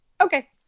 Okay